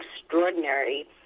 extraordinary